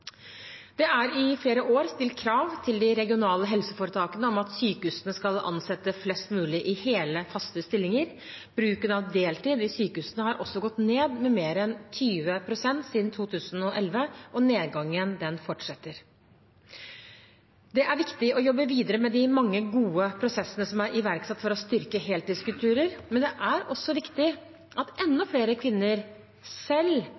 Det er i flere år stilt krav til de regionale helseforetakene om at sykehusene skal ansette flest mulig i hele, faste stillinger. Bruken av deltid i sykehusene har også gått ned med mer enn 20 pst. siden 2011, og nedgangen fortsetter. Det er viktig å jobbe videre med de mange gode prosessene som er iverksatt for å styrke heltidskulturer, men det er også viktig at enda flere kvinner selv